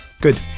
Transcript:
Good